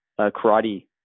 karate